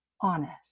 honest